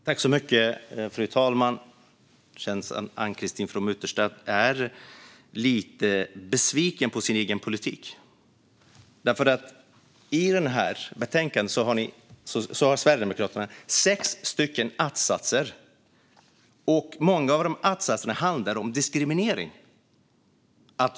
Fru talman! Det känns som att Ann-Christine From Utterstedt är lite besviken på sin egen politik. I betänkandet har Sverigedemokraterna sex att-satser, och många av dem handlar om diskriminering.